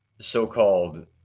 so-called